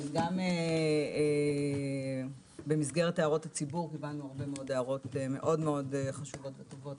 גם במסגרת הערות הציבור קיבלנו הערות מאוד חשובות וטובות